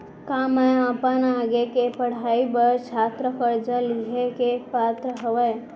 का मै अपन आगे के पढ़ाई बर छात्र कर्जा लिहे के पात्र हव?